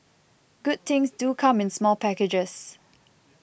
good things do come in small packages